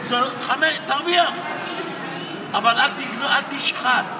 תרוויח, אבל אל תשחט.